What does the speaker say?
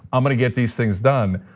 i'm gonna get these things done,